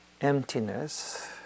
emptiness